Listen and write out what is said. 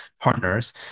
partners